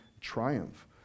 triumph